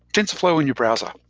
tensorflow in your browser,